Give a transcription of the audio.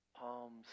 Palms